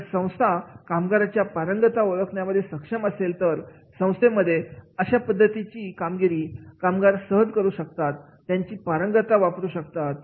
जर संस्था कामगारांच्या पारंगतता ओळखण्यास सक्षम असेल तर भविष्यामध्ये अशा पद्धतीची कामगिरी कामगार सहज करू शकतात त्यांची पारंगतता वापरू शकतात